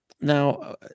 Now